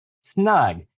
snug